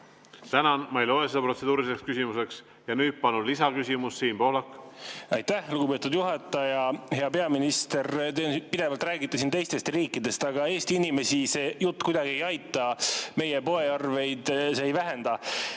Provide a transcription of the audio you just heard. Tänan! Ma ei loe seda protseduuriliseks küsimuseks. Ja nüüd palun lisaküsimus, Siim Pohlak! Aitäh, lugupeetud juhataja! Hea peaminister! Te pidevalt räägite siin teistest riikidest, aga Eesti inimesi see jutt kuidagi ei aita. Meie poearveid see ei vähenda.